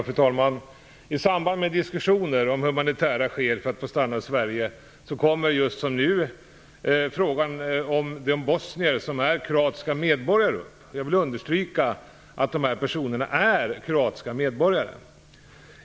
Fru talman! I samband med diskussioner om humanitära skäl för att man skall få stanna i Sverige kommer, som nu, frågan om de bosnier som är kroatiska medborgare upp. Jag vill understryka att dessa personer är kroatiska medborgare.